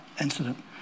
incident